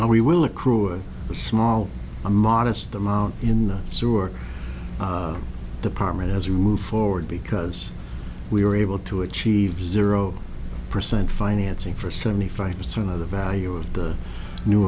and we will accrue a small a modest amount in the sewer department as you move forward because we are able to achieve zero percent financing for seventy five percent of the value of the new